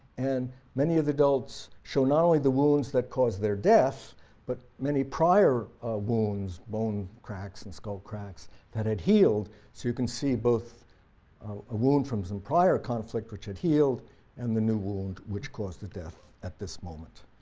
and many of the adults showed not only the wounds that caused their death but many prior wounds, bone cracks and skull cracks that had healed, so you can see both a wound from some prior conflict which had healed and the new wound which caused the death at this moment.